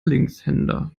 linkshänder